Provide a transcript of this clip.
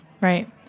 Right